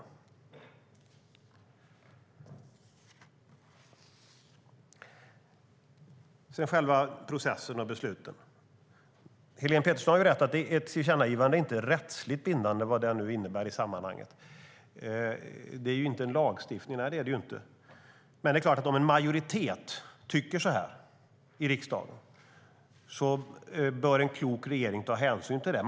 När det gäller själva processen och besluten har Helene Petersson rätt i att ett tillkännagivande inte är rättsligt bindande, vad nu det innebär i sammanhanget. Det är inte en lagstiftning. Men om en majoritet i riksdagen tycker så här bör en klok regering ta hänsyn till det.